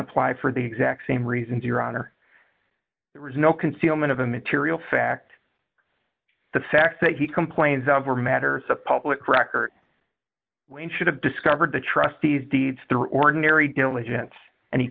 apply for the exact same reasons your honor there is no concealment of the material fact the fact that he complains of are matters of public record when should have discovered the trustees deeds through ordinary diligence and he